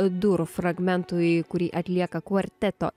durų fragmentui kurį atlieka kvarteto